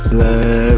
love